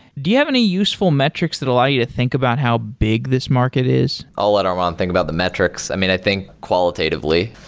do you have any useful metrics that allow you to think about how big this market is? i'll let armon think about the metrics. i mean i think qualitatively,